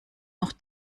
noch